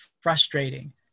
frustrating